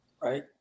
Right